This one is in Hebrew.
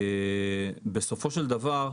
בסופו של דבר,